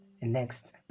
Next